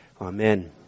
Amen